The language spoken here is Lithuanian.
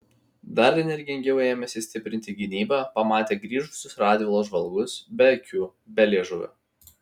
dar energingiau ėmėsi stiprinti gynybą pamatę grįžusius radvilos žvalgus be akių be liežuvio